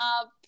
up